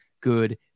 good